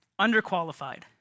Underqualified